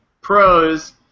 Pros